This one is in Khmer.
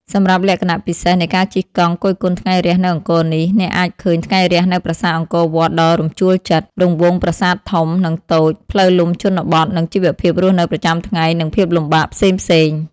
សម្រាប់លក្ខណៈពិសេសនៃការជិះកង់គយគន់ថ្ងៃរះនៅអង្គរនេះ អ្នកអាចឃើញ ថ្ងៃរះនៅប្រាសាទអង្គរវត្តដ៏រំជួលចិត្ត រង្វង់ប្រាសាទធំ និងតូច ផ្លូវលំជនបទនិងជីវភាពរស់នៅប្រចាំថ្ងៃ និងភាពលំបាកផ្សេងៗ។